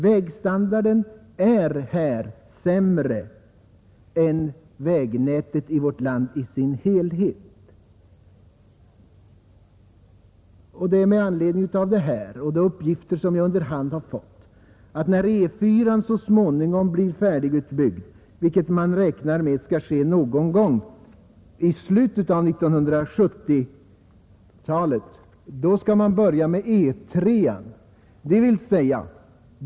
Vägstandarden är här sämre än vägnätet i vårt land i dess helhet. Min fråga är föranledd av detta och de uppgifter jag under hand fått, att när E4 så småningom blir färdigutbyggd, vilket beräknas ske någon gång i slutet av 1970-talet, skall man börja med E 3.